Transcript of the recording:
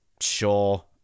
sure